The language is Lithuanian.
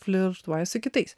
flirtuoja su kitais